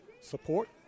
support